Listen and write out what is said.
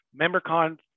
MemberCon